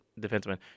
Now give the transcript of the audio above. defenseman